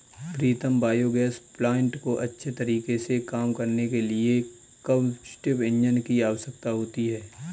प्रीतम biogas plant को अच्छे तरीके से काम करने के लिए कंबस्टिव इंजन की आवश्यकता होती है